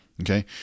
okay